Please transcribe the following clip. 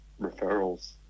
referrals